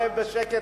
שב בשקט,